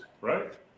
right